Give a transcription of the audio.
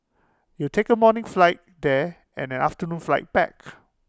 you'll take A morning flight there and an afternoon flight back